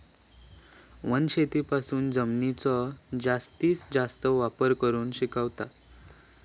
वनशेतीपासून जमिनीचो जास्तीस जास्त वापर करू शकताव